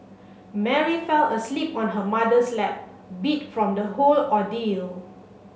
Mary fell asleep on her mother's lap beat from the whole ordeal